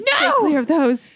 no